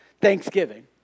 thanksgiving